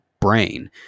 brain